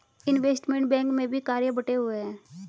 investment bank में भी कार्य बंटे हुए हैं